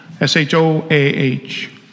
S-H-O-A-H